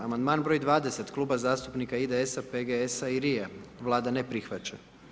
Amandman broj 20., Kluba zastupnika IDS-a, PGS-a i LRI-a, Vlada ne prihvaća.